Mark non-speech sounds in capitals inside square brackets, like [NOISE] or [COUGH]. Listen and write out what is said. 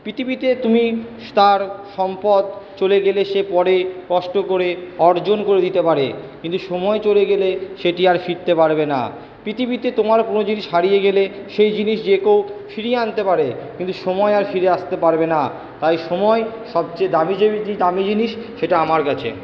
পৃথিবীতে তুমি তার সম্পদ চলে গেলে সে পরে কষ্ট করে অর্জন করে দিতে পারে কিন্তু সময় চলে গেলে সেটি আর ফিরতে পারবে না পৃথিবীতে তোমার কোনো জিনিস হারিয়ে গেলে সেই জিনিস যে কেউ ফিরিয়ে আনতে পারে কিন্তু সময় আর ফিরে আসতে পারবে না তাই সময় সবচেয়ে দামি [UNINTELLIGIBLE] দামি জিনিস সেটা আমার কাছে